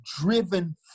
driven